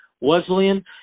Wesleyan